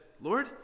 Lord